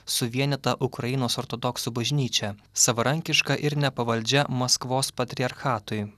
suvienyta ukrainos ortodoksų bažnyčia savarankiška ir nepavaldžia maskvos patriarchatui